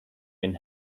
been